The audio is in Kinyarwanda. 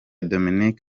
dominic